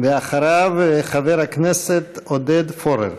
אחריו, חבר הכנסת עודד פורר.